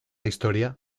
historia